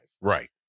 Right